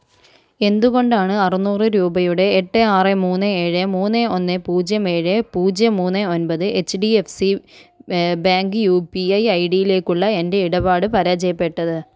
എന്തുകൊണ്ടാണ് അറുനൂറ് രൂപയുടെ എട്ട് ആറ് മൂന്ന് ഏഴ് മൂന്ന് ഒന്ന് പൂജ്യം ഏഴ് പൂജ്യം മൂന്ന് ഒൻപത് H D F C bank U P I I ഡിയിലേക്കുള്ള എൻ്റെ ഇടപാട് പരാജയപ്പെട്ടത്